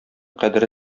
кадере